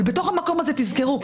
אבל בתוך המקום הזה תזכרו,